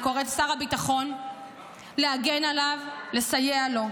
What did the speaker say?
אני קוראת לשר הביטחון להגן עליו, לסייע לו.